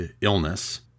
illness